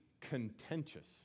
contentious